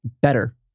better